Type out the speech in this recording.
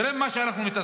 תראה במה אנחנו מתעסקים.